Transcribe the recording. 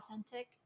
authentic